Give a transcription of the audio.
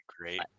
great